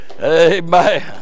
Amen